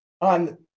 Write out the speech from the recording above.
on